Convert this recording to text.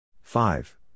five